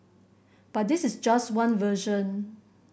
but this is just one version